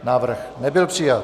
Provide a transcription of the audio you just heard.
Návrh nebyl přijat.